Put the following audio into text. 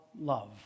love